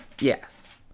Yes